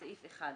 בסעיף 1,